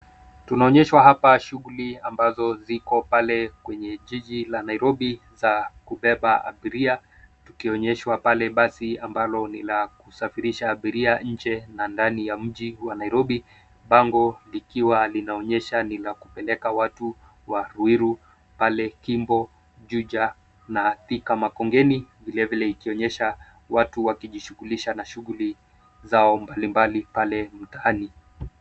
Tunaonyeshwa hapa shughuli ambazo ziko pale kwenye jiji la Nairobi za kubeba abiria, tukionyeshwa pale basi ambalo ni la kusafirisha abiria nje na ndani ya mji wa Nairobi. Bango likiwa linaonyesha ni la kupeleka watu wa ruiru pale kimbo, juja na thika makongeni vilevile ikionyesha watu wakijishughulisha na shughuli zao mbalimbali pale mtaani.